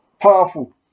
powerful